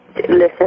listen